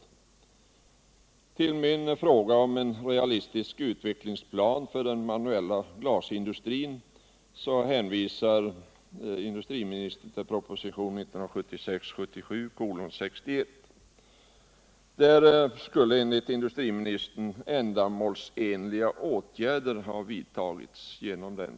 I anslutning till min fråga om en realistisk utvecklingsplan för den manuella glasindustrin hänvisar industriministern till propositionen 1976/ 77:61; genom den skulle enligt industriministern ändamålsenliga åtgärder ha vidtagits.